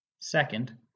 second